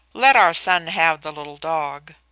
let our son have the little dog.